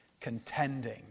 contending